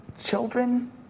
children